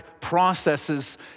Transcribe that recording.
processes